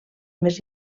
més